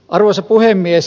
arvoisa puhemies